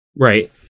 Right